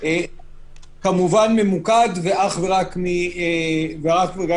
כמובן ממוקד ואך ורק מבחינתנו.